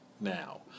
now